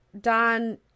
Don